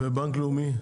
ובנק לאומי?